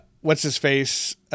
what's-his-face